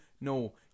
No